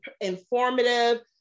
informative